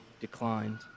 declined